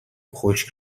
خشک